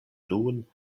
nun